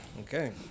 Okay